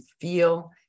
feel